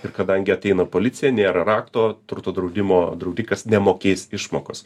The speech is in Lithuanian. ir kadangi ateina policija nėra rakto turto draudimo draudikas nemokės išmokos